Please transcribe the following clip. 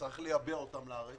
יש לייבא אותם לארץ.